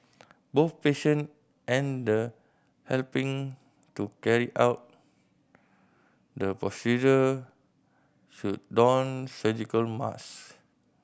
both patient and the helping to carry out the procedure should don surgical mask